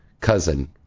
cousin